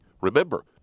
Remember